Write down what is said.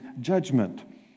judgment